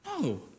No